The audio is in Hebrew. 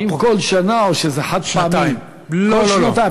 כל שנה, או שזה חד-פעמי, כל שנתיים.